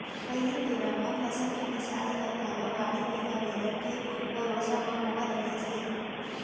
पहिली बेरा म फसल के मिंसाई हर घलौ गाड़ी बइला, बेलन के भरोसा म होवत रहिस हे